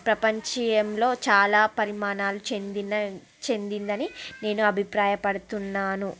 ప్రపంచీయంలో చాలా పరిమాణాలు చెందిన చెందిందని నేను అభిప్రాయపడుతున్నాను